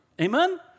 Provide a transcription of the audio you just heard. Amen